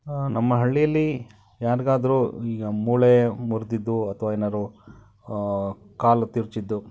ನಮ್ಮ ಹಳ್ಳಿಯಲ್ಲಿ ಯಾರಿಗಾದ್ರೂ ಈಗ ಮೂಳೆ ಮುರಿದಿದ್ದು ಅಥವಾ ಏನಾದ್ರೂ ಕಾಲು ತಿರುಚಿದ್ದು